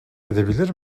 edebilir